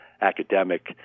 academic